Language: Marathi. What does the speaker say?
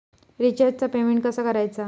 रिचार्जचा पेमेंट कसा करायचा?